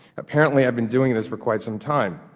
apparently i've been doing this for quite some time.